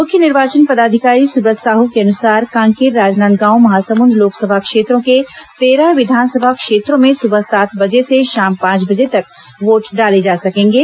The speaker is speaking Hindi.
मुख्य निर्वाचन पदाधिकारी सुब्रत साहू के अनुसार कांकेर राजनांदगांव महासमुंद लोकसभा क्षेत्रों के तेरह विधानसभा क्षेत्रों में सुबह सांत बजे से शाम पांच बजे तक वोट डाले जा सकेंगे